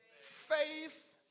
faith